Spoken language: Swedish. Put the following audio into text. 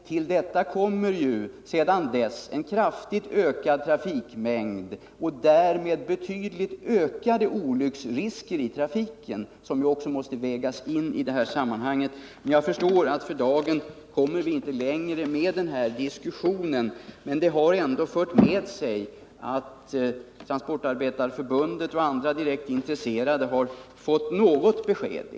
Till detta har sedan dess kommit en kraftigt ökad trafikmängd och därmed betydligt ökade olycksrisker i trafiken, som också måste vägas in i detta sammanhang. Jag förstår att för dagen kommer vi inte längre med den här diskussionen. Men diskussionen har ändå fört med sig att Transportarbetareförbundet och andra direkt intresserade har fått något besked.